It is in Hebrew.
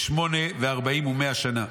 בשנת שמונה וארבעים ומאה שנה"